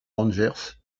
rangers